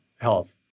health